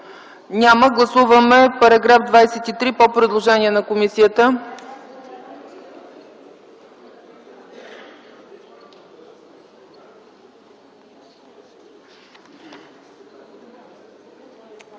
Няма. Гласуваме § 23 по предложение на комисията.